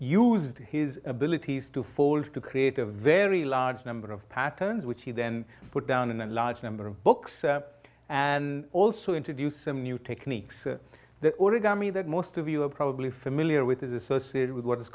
used his abilities to fold to create a very large number of patterns which he then put down in a large number of books and also introduced some new techniques that origami that most of you are probably familiar with associated with what i